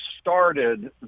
started